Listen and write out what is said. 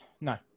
No